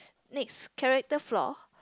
next character flaw